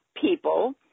people